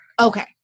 okay